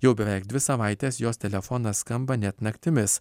jau beveik dvi savaites jos telefonas skamba net naktimis